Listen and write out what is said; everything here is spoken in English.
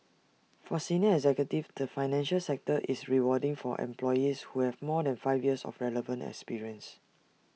for senior executives the financial sector is rewarding for employees who have more than five years of relevant experience